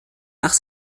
nach